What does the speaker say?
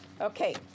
Okay